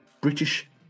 British